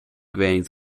grains